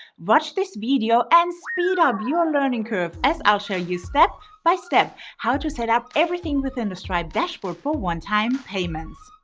watch this video and speed up your learning curve as i'll show you step-by-step how to set up everything within the stripe dashboard for one-time payments.